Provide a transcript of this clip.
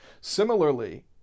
Similarly